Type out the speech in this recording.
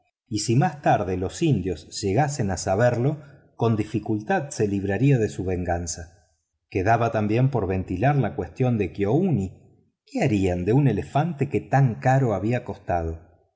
y si más tarde los indios llegasen a saberlo con dificultad se libraría de su venganza quedaba también por ventilar la cuestión de kiouni qué harían de un elefante que tan caro había costado